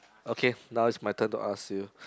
okay now is my turn to ask you